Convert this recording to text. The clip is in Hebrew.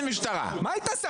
מה היא תעשה?